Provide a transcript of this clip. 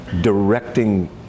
directing